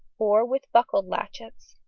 or with buckled latchets.